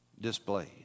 displayed